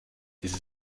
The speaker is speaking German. diese